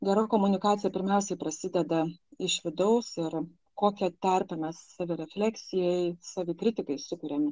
gera komunikacija pirmiausiai prasideda iš vidaus ir kokią terpę mes savirefleksijai savikritikai sukuriam